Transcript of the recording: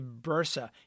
bursa